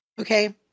okay